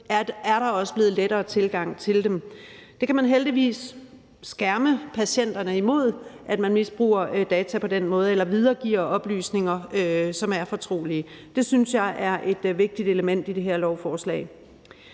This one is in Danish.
er der også blevet lettere tilgang til dem. Det kan man heldigvis skærme patienterne imod, altså at man misbruger data på den måde eller videregiver oplysninger, som er fortrolige. Det synes jeg er et vigtigt element i det her lovforslag.